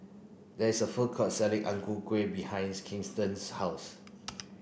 there is a food court selling Ang Ku Kueh behind Kenton's house